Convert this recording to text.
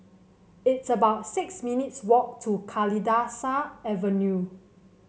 it's about six minutes' walk to Kalidasa Avenue